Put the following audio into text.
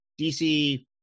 DC